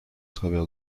travers